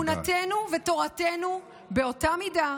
תראה, יש פה אנשים שיודעים לחזור בהם, תראה מה זה,